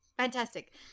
Fantastic